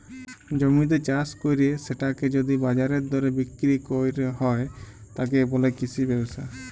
জমিতে চাস কইরে সেটাকে যদি বাজারের দরে বিক্রি কইর হয়, তাকে বলে কৃষি ব্যবসা